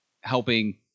helping